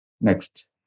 Next